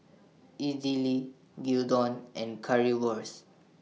Idili Gyudon and Currywurst